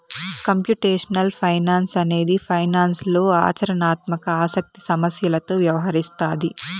computational finance అనేది ఫైనాన్స్లో ఆచరణాత్మక ఆసక్తి సమస్యలతో వ్యవహరిస్తాది